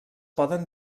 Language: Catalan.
poden